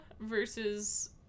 versus